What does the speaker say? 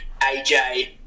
AJ